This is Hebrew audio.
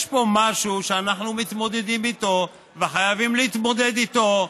יש פה משהו שאנחנו מתמודדים איתו וחייבים להתמודד איתו.